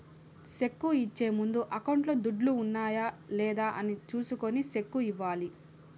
cheque ఇచ్చే ముందు అకౌంట్లో దుడ్లు ఉన్నాయా లేదా అని చూసుకొని సెక్కు ఇవ్వాలి